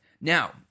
Now